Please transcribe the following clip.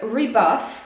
rebuff